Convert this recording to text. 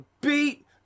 beat